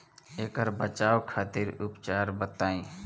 ऐकर बचाव खातिर उपचार बताई?